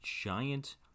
giant